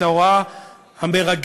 את ההוראה המרגשת